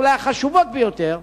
אולי החשובות ביותר,